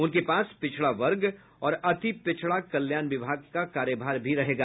उनके पास पिछड़ा वर्ग और अति पिछड़ा कल्याण विभाग का कार्यभार भी रहेगा